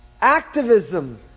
activism